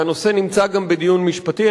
והנושא נמצא גם בדיון משפטי.